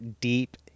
deep